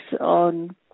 on